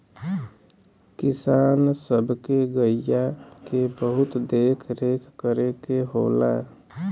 किसान सब के गइया के बहुत देख रेख करे के होला